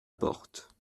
porte